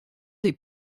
des